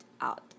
out